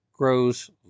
...grows